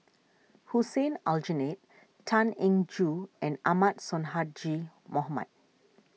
Hussein Aljunied Tan Eng Joo and Ahmad Sonhadji Mohamad